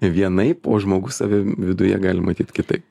vienaip o žmogus save viduje gali matyt kitaip